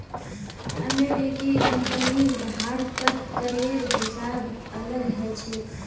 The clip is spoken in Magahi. अमेरिकी कंपनीर भारतत करेर हिसाब अलग ह छेक